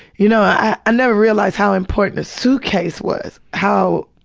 y'know. i never realized how important a suitcase was, how,